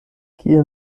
kiel